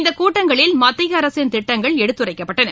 இந்த கூட்டங்களில் மத்திய அரசின் திட்டங்கள் எடுத்துரைக்கப்பட்டன